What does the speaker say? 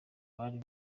bari